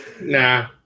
Nah